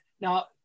Now